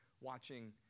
watching